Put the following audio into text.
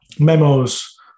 Memos